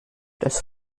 das